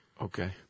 Okay